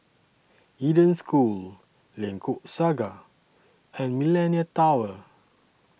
Eden School Lengkok Saga and Millenia Tower